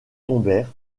tombèrent